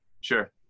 Sure